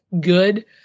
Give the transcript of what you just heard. good